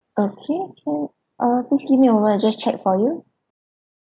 okay so uh please give me a moment I'll just check for you